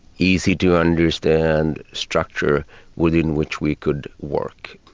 easy-to-understand structure within which we could work.